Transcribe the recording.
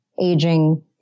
aging